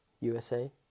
usa